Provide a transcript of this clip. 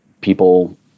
people